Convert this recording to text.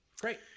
Great